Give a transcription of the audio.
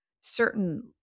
certain